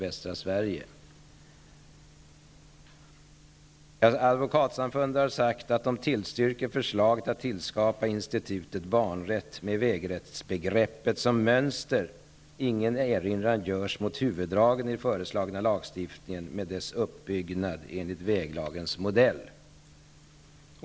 Västra Sverige har nämligen sagt att de tillstyrker förslaget att tillskapa institutet banrätt med vägrättsbegreppet som mönster. Man erinrar inte mot huvuddragen i den föreslagna lagstiftningen, men mot dess uppbyggnad enligt väglagens modell.